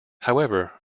however